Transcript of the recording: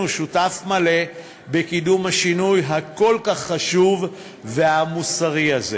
שותף מלא בקידום השינוי הכל-כך חשוב והמוסרי הזה.